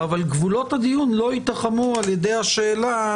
אבל גבולות הדיון לא ייתחמו על ידי השאלה